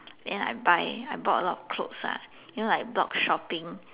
then I buy I bought a lot of clothes lah you know like blog shopping